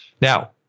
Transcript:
Now